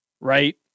right